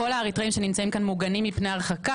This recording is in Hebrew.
כל האריתראים שנמצאים פה, מוגנים מפני הרחקה.